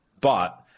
but-